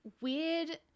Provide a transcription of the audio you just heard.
weird